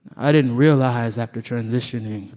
i didn't realize after transitioning